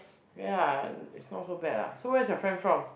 ya lah it's not so bad lah so where is your friend from